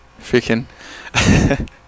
Freaking